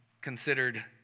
considered